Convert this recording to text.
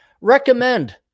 recommend